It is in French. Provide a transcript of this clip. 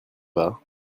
pas